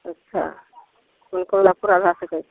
अच्छा कोनो कबुला पूरा भए सकैत छै